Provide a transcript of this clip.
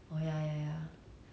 if it really happens right